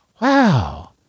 wow